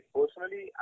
Personally